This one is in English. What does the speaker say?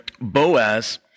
Boaz